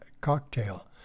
cocktail